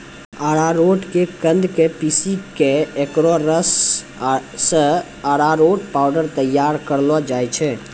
अरारोट के कंद क पीसी क एकरो रस सॅ अरारोट पाउडर तैयार करलो जाय छै